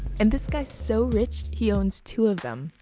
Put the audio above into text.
and this guy's so rich, he owns two of them